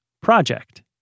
project